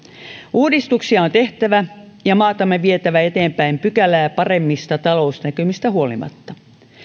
uudistuksia on tehtävä ja maatamme vietävä eteenpäin pykälää paremmista talousnäkymistä huolimatta